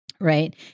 right